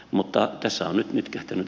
mutta tässä on nytkähtänyt